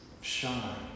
shine